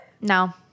No